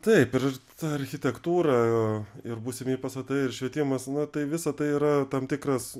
taip ir ta architektūra ir būsimieji pastatai ir švietimas na tai visa tai yra tam tikras